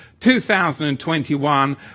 2021